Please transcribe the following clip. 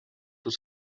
was